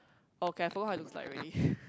okay I forgot how he looks like already